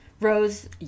Rose